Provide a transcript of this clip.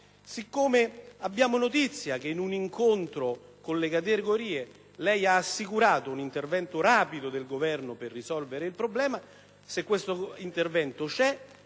siccome abbiamo notizia che in un incontro con le categorie lei ha assicurato un intervento rapido del Governo per risolvere il problema, se questo intervento c'è,